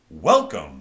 Welcome